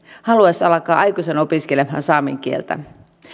haluaisi alkaa aikuisena opiskelemaan saamen kieltä